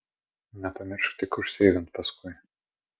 nepamiršk tik užseivint paskui